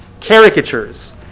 caricatures